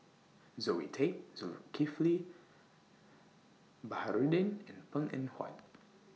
Zoe Tay Zulkifli Baharudin and Png Eng Huat